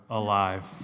alive